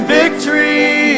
victory